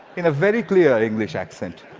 in a very clear english accent.